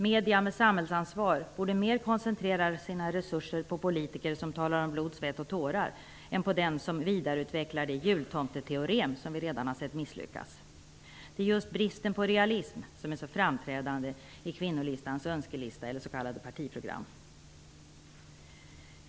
Medier med samhällsansvar borde mer koncentrera sina resurser på politiker som talar om blod, svett och tårar än på dem som vidareutvecklar det jultomteteorem som vi redan sett misslyckas! Det är just bristen på realism som är så framträdande i Kvinnolistans önskelista eller s.k.